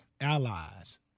allies